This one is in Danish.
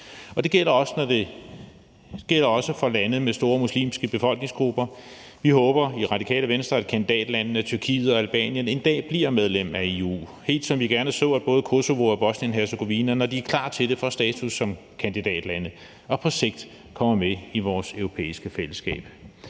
Det gælder også for lande med store muslimske befolkningsgrupper. Vi håber i Radikale Venstre, at kandidatlandene Tyrkiet og Albanien en dag bliver medlem af EU, helt som vi gerne så, at både Kosovo og Bosnien-Hercegovina, når de er klar til det, får status som kandidatlande og på sigt kommer med i vores europæiske fællesskab.